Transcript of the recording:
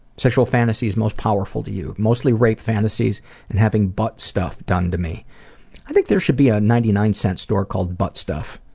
sexual fantasies most powerful for you? mostly rape fantasies and having butt stuff done to me i think there should be a ninety nine cent store called butt stuff,